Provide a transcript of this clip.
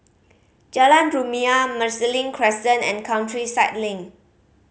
Jalan Rumia Marsiling Crescent and Countryside Link